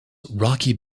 rocky